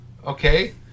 okay